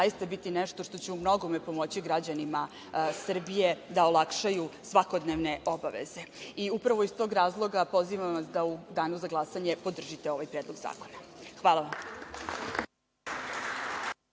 zaista biti nešto što će u mnogome pomoći građanima Srbije da olakšaju svakodnevne obaveze. Upravo iz tog razloga, pozivam vas da u danu za glasanje podržite ovaj Predlog zakona. Hvala.